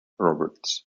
roberts